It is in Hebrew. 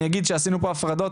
אני אגיד שעשינו פה הפרדות,